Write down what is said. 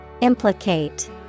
Implicate